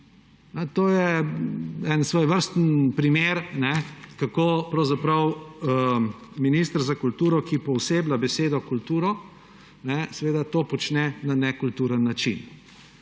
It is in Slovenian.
to je en svojevrsten primer, kako pravzaprav minister za kulturo, ki pooseblja besedo kultura, to počne na nekulturen način.